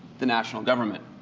the national government.